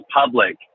public